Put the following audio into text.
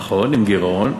נכון, עם גירעון,